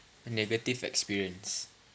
negative experience